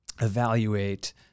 evaluate